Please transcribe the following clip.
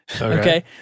Okay